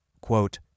quote